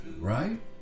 right